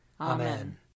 Amen